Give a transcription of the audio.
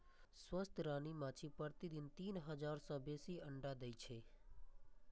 स्वस्थ रानी माछी प्रतिदिन तीन हजार सं बेसी अंडा दै छै